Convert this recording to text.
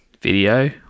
video